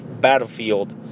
battlefield